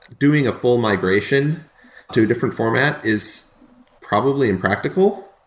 doing a full migration to a different format is probably impractical.